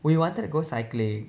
we wanted to go cycling